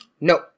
No